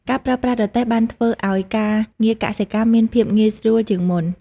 ការប្រើប្រាស់រទេះបានធ្វើឱ្យការងារកសិកម្មមានភាពងាយស្រួលជាងមុន។